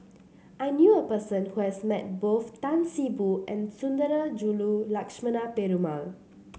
I knew a person who has met both Tan See Boo and Sundarajulu Lakshmana Perumal